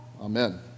Amen